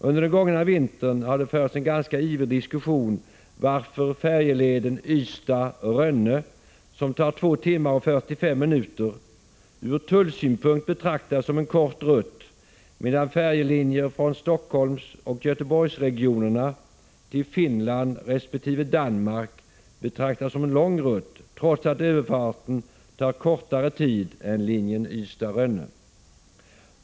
Under den gångna vintern har det förts en ganska ivrig diskussion om varför färjeleden Ystad-Rönne, som tar 2 timmar och 45 minuter, ur tullsynpunkt betraktas som en kort rutt, medan färjelinjer från Helsingforssoch Göteborgsregionerna till Finland resp. Danmark betraktas som långa rutter trots att överfarten tar kortare tid än linjen Ystad-Rönne.